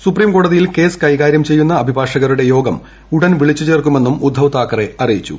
supreme കോടതിയിൽ case കൈകാര്യം ചെയ്യുന്ന അഭിഭാഷകരുടെ യോഗം ഉടൻ വിളിച്ചു ചേർക്കുമെന്നും ഉദ്ധവ് താക്കറെ അറിയിച്ചു